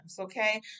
Okay